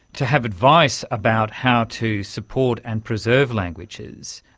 to have advice about how to support and preserve languages.